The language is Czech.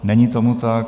Není tomu tak.